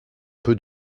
peu